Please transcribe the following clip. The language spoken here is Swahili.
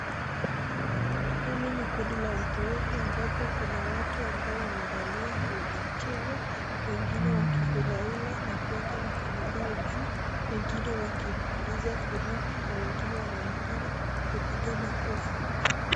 Hili ni kundi la watu wengi ambapo kuna watu, kuna watu ambao wamevalia nguo za mchezo, wengine wakifurahia na kuweka mikono zao juu. Wengine wakipuliza firimbi na wengine wanaonekana kupiga makofi.